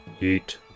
Eat